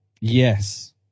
Yes